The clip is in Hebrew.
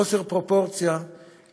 חוסר פרופורציה,